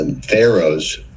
pharaohs